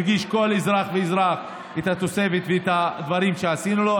הרגיש כל אזרח ואזרח את התוספת ואת הדברים שעשינו בשבילו.